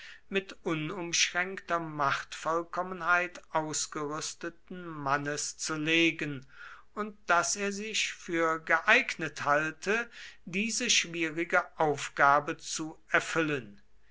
mit unumschränkter machtvollkommenheit ausgerüsteten mannes zu legen und daß er sich für geeignet halte diese schwierige aufgabe zu erfüllen